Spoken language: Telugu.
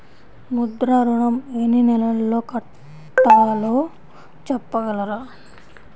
ముద్ర ఋణం ఎన్ని నెలల్లో కట్టలో చెప్పగలరా?